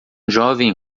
jovem